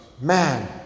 man